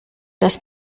das